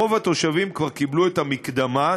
רוב התושבים כבר קיבלו את המקדמה,